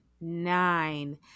nine